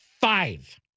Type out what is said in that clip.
Five